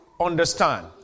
understand